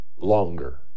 longer